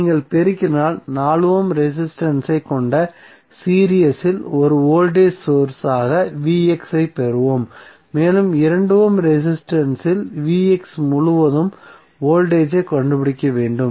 நீங்கள் பெருக்கினால் 4 ohm resistance ஐ கொண்ட சீரிஸ் இல் ஒரு வோல்டேஜ் சோர்ஸ் ஆக ஐப் பெறுவோம் மேலும் 2 ஓம் ரெசிஸ்டன்ஸ் இல் முழுவதும் வோல்டேஜ் ஐக் கண்டுபிடிக்க வேண்டும்